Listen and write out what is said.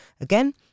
again